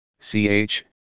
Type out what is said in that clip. ch